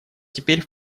теперь